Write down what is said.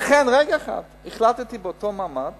לכן, באותו מעמד